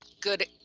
good